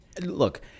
Look